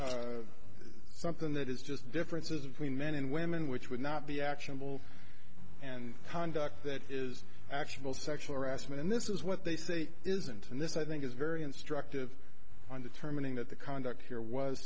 is something that is just differences between men and women which would not be actionable and conduct that is actual sexual harassment and this is what they say isn't and this i think is very instructive on determining that the conduct here was